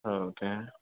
okay